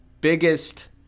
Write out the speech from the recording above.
biggest